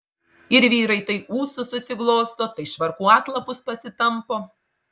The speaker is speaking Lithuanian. ir vyrai tai ūsus susiglosto tai švarkų atlapus pasitampo